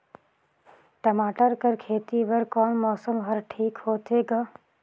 टमाटर कर खेती बर कोन मौसम हर ठीक होथे ग?